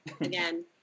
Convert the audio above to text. again